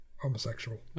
homosexual